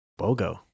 Bogo